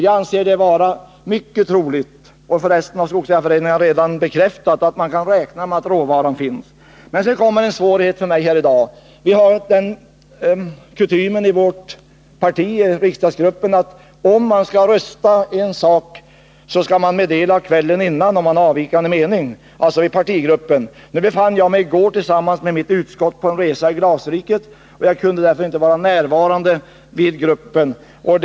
Jag anser det mycket troligt — vilket för resten skogsägarföreningarna redan har bekräftat — att man kan räkna med att råvaran finns tillgänglig. Men sedan kommer jag till svårigheten för mig i dag. Vi har i vår riksdagsgrupp den kutymen att man skall anmäla kvällen innan om man har en från gruppen avvikande mening i en fråga och ämnar rösta i enlighet med den. Nu befann jag mig i går tillsammans med mitt utskott på en resa i ”Glasriket”, och jag kunde därför inte vara närvarande vid gruppens sammanträde.